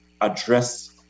address